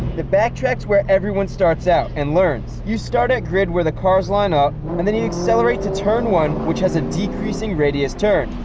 the back track's where everyone starts out and learns. you start at grid where the cars line up and then you accelerate to turn one, which has a decreasing radius turn,